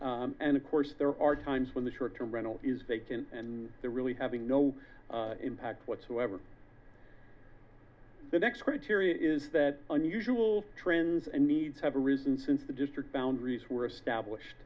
and of course there are times when the short term rental is vacant and they're really having no impact whatsoever the next criteria is that unusual trends and needs have arisen since the district boundaries were establ